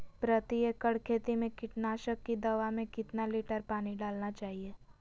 प्रति एकड़ खेती में कीटनाशक की दवा में कितना लीटर पानी डालना चाइए?